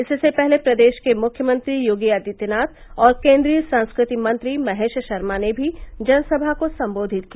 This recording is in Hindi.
इससे पहले प्रदेश के मुख्यमंत्री योगी आदित्यनाथ और केन्द्रीय संस्कृति मंत्री महेश शर्मा ने भी जनसभा को संबोधित किया